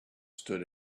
stood